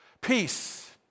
peace